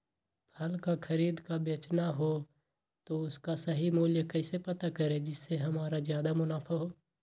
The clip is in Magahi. फल का खरीद का बेचना हो तो उसका सही मूल्य कैसे पता करें जिससे हमारा ज्याद मुनाफा हो?